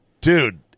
Dude